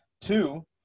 Two